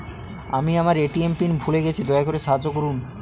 আমি আমার ATM PIN ভুলে গেছি, দয়া করে সাহায্য করুন